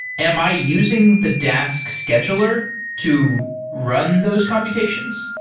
am i using the dask scheduler to run those computations?